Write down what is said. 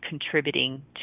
contributing